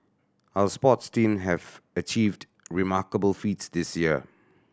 our sports team have achieved remarkable feats this year